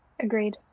Agreed